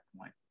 point